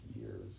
years